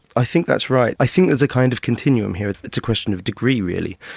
i think that's right. i think there's a kind of continuum here. it's a question of degree, really.